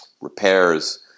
repairs